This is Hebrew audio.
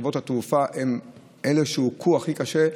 חברות התעופה הן אלה שהוכו הכי קשה.